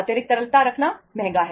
अतिरिक्त तरलता रखना महंगा है